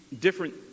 different